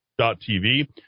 TV